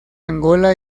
angola